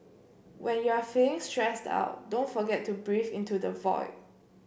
when you are feeling stressed out don't forget to breathe into the void